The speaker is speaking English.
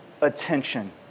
attention